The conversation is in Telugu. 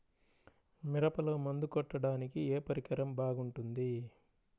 మిరపలో మందు కొట్టాడానికి ఏ పరికరం బాగుంటుంది?